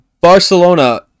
Barcelona